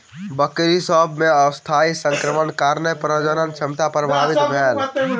बकरी सभ मे अस्थायी संक्रमणक कारणेँ प्रजनन क्षमता प्रभावित भेल